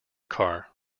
car